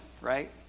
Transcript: right